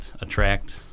attract